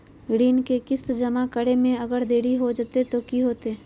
ऋण के किस्त जमा करे में अगर देरी हो जैतै तो कि होतैय?